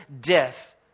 death